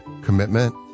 commitment